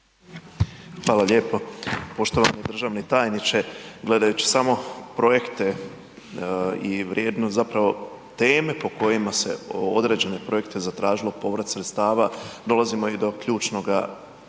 Hvala lijepo. Poštovani državni tajniče, gledajući samo projekte i vrijednost zapravo teme po kojima se određene projekte zatražimo povrat sredstava, dolazimo i do ključnoga zapravo